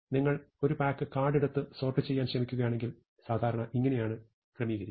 നിങ്ങൾ ഒരു pack card എടുത്ത് സോർട് ചെയ്യാൻ ശ്രമിക്കുകയാണെങ്കിൽ സാധാരണയായി ഇങ്ങനെയാണ് ക്രമീകരിക്കുക